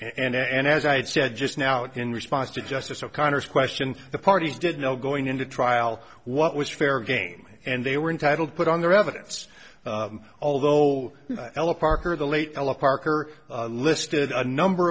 well and as i had said just now in response to justice o'connor's question the parties didn't know going into trial what was fair game and they were entitled put on their evidence although ella parker the late ella parker listed a number